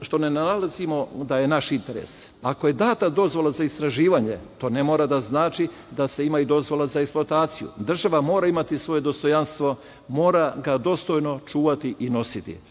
što ne nalazimo da je naš interes. Ako je data dozvola za istraživanje to ne mora da znači da se ima i dozvola za eksploataciju. Država mora imati svoje dostojanstvo, mora ga dostojno čuvati i nositi. Kako